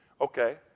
Okay